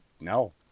No